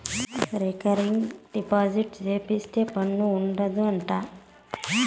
recurring deposit సేపిత్తే పన్ను ఉండదు అంట